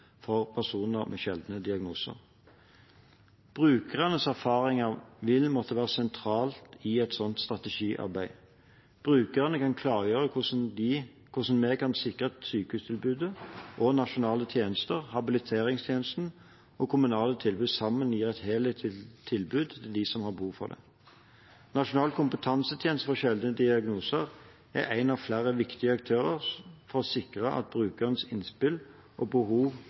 for personer med sjeldne diagnoser. Brukernes erfaringer vil måtte være sentralt i et slikt strategiarbeid. Brukerne kan klargjøre hvordan vi kan sikre at sykehustilbudet og nasjonale tjenester, habiliteringstjenesten og kommunale tilbud sammen gir et helhetlig tilbud til dem som har behov for det. Nasjonal kompetansetjeneste for sjeldne diagnoser er en av flere viktige aktører for å sikre at brukerens innspill og behov